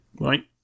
right